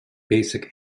basic